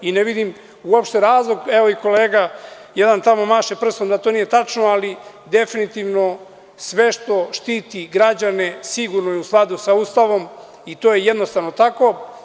Ne vidim uopšte razlog, evo i kolega jedan tamo maše prstom da to nije tačno, ali definitivno sve što štiti građane, sigurno je u skladu sa Ustavom i to je jednostavno tako.